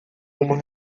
uma